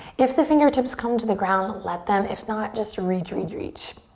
if the fingertips come to the ground, let them. if not, just reach, reach, reach.